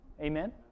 Amen